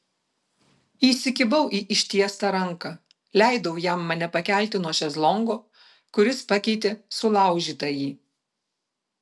įsikibau į ištiestą ranką leidau jam mane pakelti nuo šezlongo kuris pakeitė sulaužytąjį